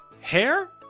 hair